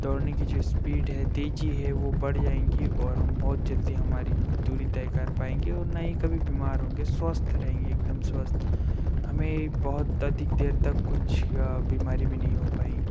दौड़ने की जो स्पीड है तेज़ी है वह बढ़ जाएँगी और हम बहुत जल्दी हमारी दूरी तय कर पाएँगे और न ही कभी बीमार होंगे स्वस्थ रहेंगे एकदम स्वस्थ हमें बहुत अधिक देर तक कुछ बीमारी भी नहीं हो पाएँगी